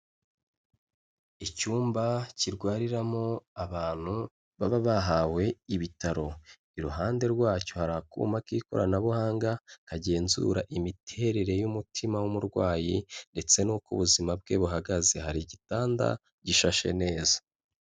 Icyumba kirwariramo abantu baba bahawe ibitaro. Iruhande rwacyo hari akuma k'ikoranabuhanga, kagenzura imiterere y'umutima w'umurwayi ndetse n'uko ubuzima bwe buhagaze. Hari igitanda gishashe neza.